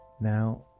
Now